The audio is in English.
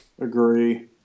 Agree